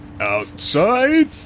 Outside